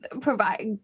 provide